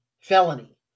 felony